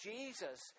Jesus